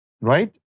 right